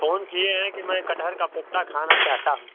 phone कीये हैं की मैं कटहल का कोफ़्ता खाना चाहता हूँ